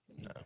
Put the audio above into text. No